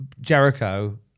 Jericho